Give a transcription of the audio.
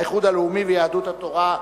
האיחוד הלאומי ויהדות התורה.